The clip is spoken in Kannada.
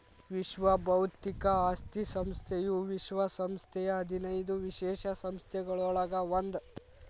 ವಿಶ್ವ ಬೌದ್ಧಿಕ ಆಸ್ತಿ ಸಂಸ್ಥೆಯು ವಿಶ್ವ ಸಂಸ್ಥೆಯ ಹದಿನೈದು ವಿಶೇಷ ಸಂಸ್ಥೆಗಳೊಳಗ ಒಂದ್